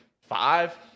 five